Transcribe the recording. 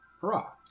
Hurrah